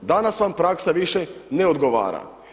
Danas vam praksa više ne odgovara.